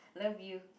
love you